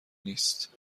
نیست